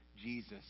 Jesus